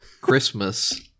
Christmas